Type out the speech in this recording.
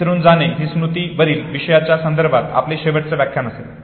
विसरून जाणे हे स्मृती वरील विषयाच्या संदर्भात आपले शेवटचे व्याख्यान असेल